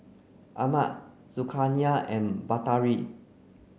Ahmad Zulkarnain and Batari